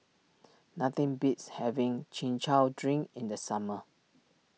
nothing beats having Chin Chow Drink in the summer